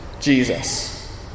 Jesus